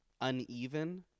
uneven